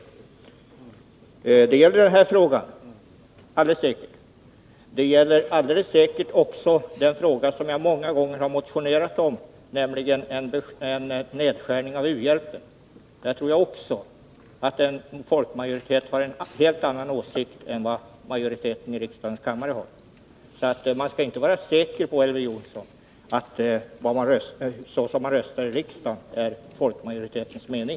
Det gäller alldeles säkert den här frågan, och det Torsdagen den gäller alldeles säkert också den fråga som jag många gånger har motionerat = 1 april 1982 om, nämligen en nedskärning av u-hjälpen. Där tror jag också att en folkmajoritet har en helt annan åsikt än majoriteten i riksdagens kammare. Man skall alltså inte vara säker på, Elver Jonsson, att det som uttrycks genom röstningen här i kammaren är detsamma som folkmajoritetens mening.